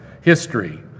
history